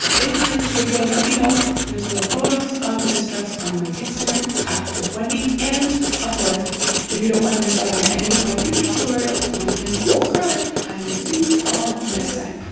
if you liked this video let me know there's more photos of this dress on my instagram act with wendy and of course if you don't want to miss out on any of my future tutorials you can subscribe. i will see you all next time.